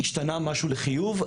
השתנה משהו לחיוב,